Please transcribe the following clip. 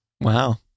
Wow